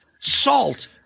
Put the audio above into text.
salt